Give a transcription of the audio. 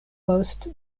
post